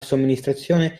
somministrazione